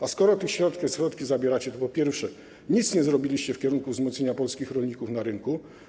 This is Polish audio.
A skoro te środki zabieracie, to, po pierwsze, nic nie zrobiliście w kierunku wzmocnienia polskich rolników na rynku.